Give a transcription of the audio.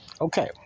Okay